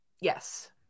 Yes